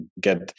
get